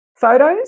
photos